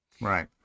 Right